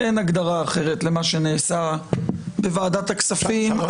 ואין הגדרה אחרת למה שנעשה בוועדת הכספים,